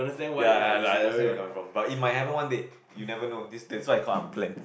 ya ya like I understand where you're coming from but it might happen one day you never know that's why call unplanned